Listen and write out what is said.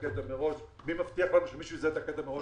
הכתם מראש מי מבטיח לנו שמישהו יזהה את הכתם מראש?